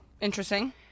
Interesting